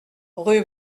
rue